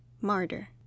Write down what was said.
martyr